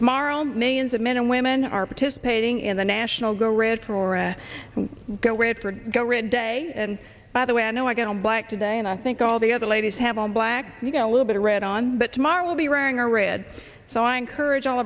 tomorrow millions of men and women are participating in the national go red for or a go red for go red day and by the way i know i get all black today and i think all the other ladies have all black you know a little bit of red on but tomorrow will be wearing a red so i encourage all